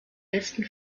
besten